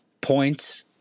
points